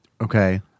Okay